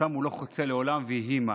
שאותם הוא לא חוצה לעולם ויהי מה.